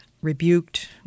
rebuked